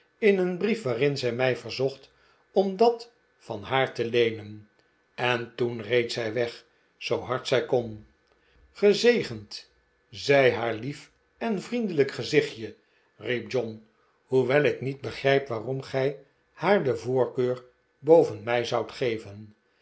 in een brief waarin zij mij verzocht om dat van haar te leenen en toen reed zij weg zoo hard zij kon gezegend zij haar lief en vriendelijk gezichtje riep john hoewel ik niet begrijp waarom gij haar de voorkeur boven mij zoudt geven